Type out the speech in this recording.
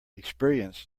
experience